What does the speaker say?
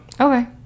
Okay